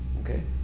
Okay